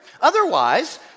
Otherwise